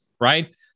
right